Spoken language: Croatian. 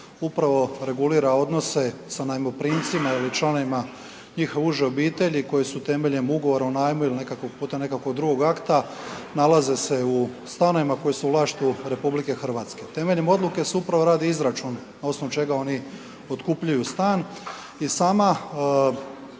upravo regulira odnose sa najmoprimcima ili članovima njihove uže obitelji koji su temeljem ugovora o najmu ili putem nekakvog drugog akta nalaze se u stanovima koji su u vlasništvu RH. Temeljem odluke se upravo radi izračun na osnovu čega oni otkupljuju stan. I sama